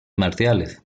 marciales